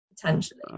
potentially